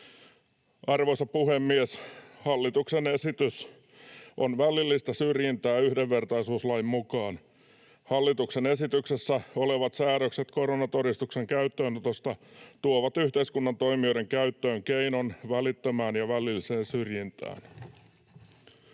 Arvoisa puhemies! ”Hallituksen esitys on välillistä syrjintää yhdenvertaisuuslain mukaan. Hallituksen esityksessä olevat säädökset koronatodistuksen käyttöönotosta tuovat yhteiskunnan toimijoiden käyttöön keinon välittömään ja välilliseen syrjintään.